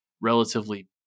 relatively